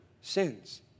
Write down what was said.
sins